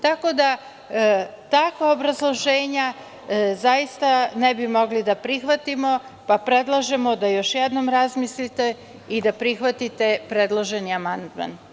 Tako da takva obrazloženja zaista ne bi mogli da prihvatimo, pa predlažemo da još jednom razmislite i da prihvatite predloženi amandman.